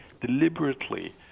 deliberately